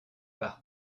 par